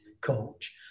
coach